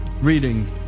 reading